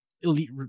elite